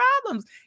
problems